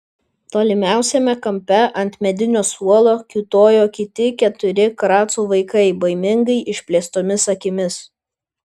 tolimiausiame kampe ant medinio suolo kiūtojo kiti keturi kracų vaikai baimingai išplėstomis akimis